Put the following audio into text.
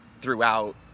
throughout